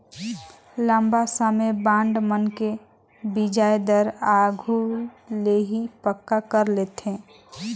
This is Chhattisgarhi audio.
लंबा समे बांड मन के बियाज दर आघु ले ही पक्का कर रथें